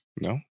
No